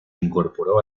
incorporó